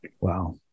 wow